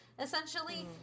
Essentially